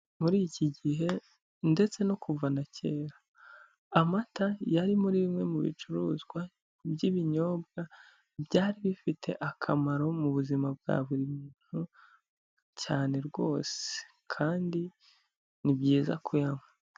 Muri iki gihe ndetse no kuva na kera, amata yari muri bimwe mu bicuruzwa by'ibinyobwa byari bifite akamaro mu buzima bwa buri muntu cyane rwose kandi ni byiza kuyanywa.